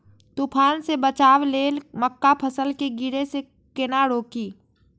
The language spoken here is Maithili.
तुफान से बचाव लेल मक्का फसल के गिरे से केना रोकी?